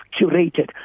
curated